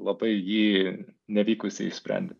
labai jį nevykusiai išsprendė